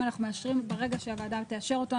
ברגע שהוועדה תאשר אותו,